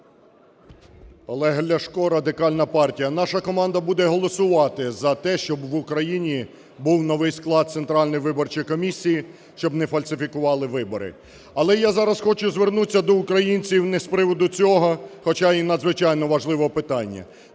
Олег Ляшко, Радикальна партія. Наша команда буде голосувати за те, щоб в Україні був новий склад Центральної виборчої комісії, щоб не фальсифікували вибори. Але я зараз хочу звернутися до українців не з приводу цього, хоча і надзвичайно важливого питання,